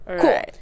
Cool